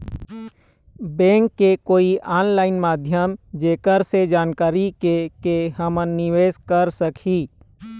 Bank के कोई online माध्यम जेकर से जानकारी के के हमन निवेस कर सकही?